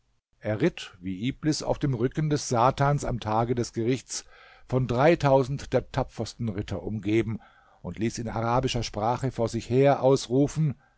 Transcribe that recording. er ritt wie iblis auf dem rücken des satans am tage des gerichts von dreitausend der tapfersten ritter umgeben und ließ in arabischer sprache vor sich her ausrufen